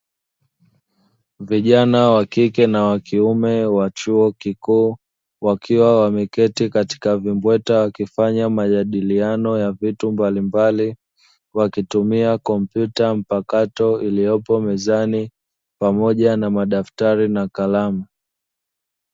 Vijana wa kike na wa kiume wa chuo kikuu wakiwa wameketi katika vimbweta, wakifanya majadiliano ya vitu mbalimbali wakitumia kompyuta mpakato iliyopo mezani pamoja na madaftari na kalamu.